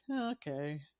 okay